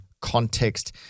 context